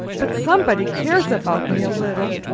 but somebody cares about me a little